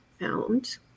found